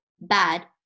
bad